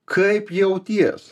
kaip jauties